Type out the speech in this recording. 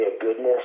goodness